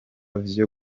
vyo